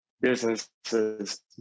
businesses